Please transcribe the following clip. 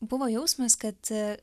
buvo jausmas kad